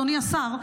אדוני השר,